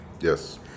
Yes